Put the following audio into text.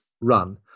run